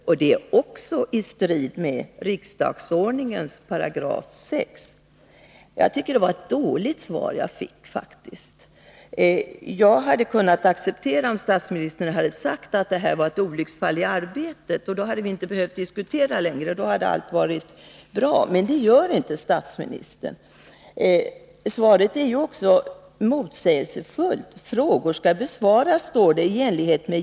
Det står också i strid med riksdagsordningens 6 kap. Jag tycker faktiskt det var ett dåligt svar jag fick. Jag hade kunnat acceptera om statsministern hade sagt att det här var ett olycksfall i arbetet. Då hade vi inte behövt diskutera längre — då hade allt varit bra. Men det gjorde inte statsministern. Svaret är också motsägelsefullt. ”Frågor ——- kommer ——— att besvaras i enlighet med gällande regler”, heter det i svaret.